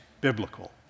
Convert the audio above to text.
biblical